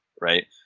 right